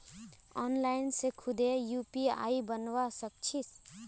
online से खुदे UPI बनवा सक छी